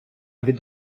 від